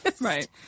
right